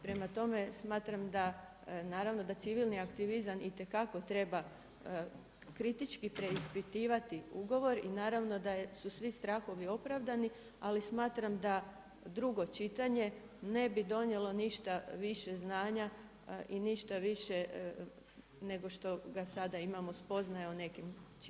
Prema tome, smatram da naravno da civilni aktivizam itekako treba kritički preispitivati ugovor i naravno da su svi strahovi opravdani, ali smatram da drugo čitanje ne bi donijelo ništa više znanja i ništa više nego što ga sada imamo sa spoznajom o nekim činjenicama ugovorim.